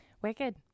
Wicked